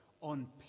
on